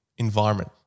environment